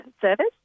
service